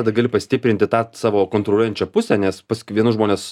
tada gali pastiprinti tą savo kontroliuojančią pusę nes pas k vienus žmones